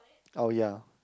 oh ya